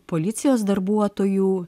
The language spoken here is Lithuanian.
policijos darbuotojų